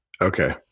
okay